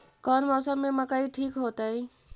कौन मौसम में मकई ठिक होतइ?